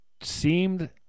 seemed